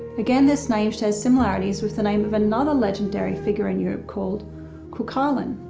again, this name shares similarities with the name of another legendary figure in europe called cuchulainn,